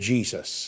Jesus